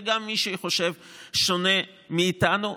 וגם של מי שחושב שונה מאיתנו.